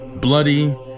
bloody